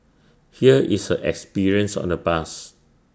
here is her experience on the bus